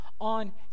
on